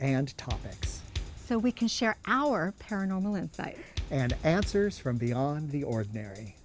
and topics so we can share our paranormal insight and answers from beyond the ordinary